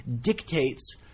dictates